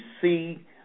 see